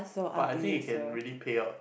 but I think you can really payout